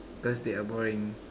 cause they are boring